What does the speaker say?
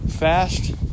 fast